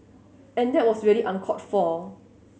and that was really uncalled for